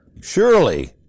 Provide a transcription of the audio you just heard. Surely